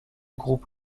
groupe